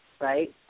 right